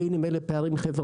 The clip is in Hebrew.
בין אם אלה פערים חברתיים,